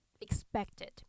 expected